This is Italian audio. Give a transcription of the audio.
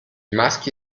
maschi